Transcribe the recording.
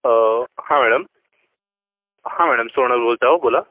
हा मॅडम हा मॅडम सोनल बोलत आहो बोला